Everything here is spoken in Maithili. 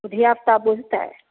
धिआपुता बुझतै